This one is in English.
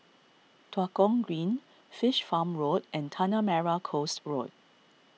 Tua Kong Green Fish Farm Road and Tanah Merah Coast Road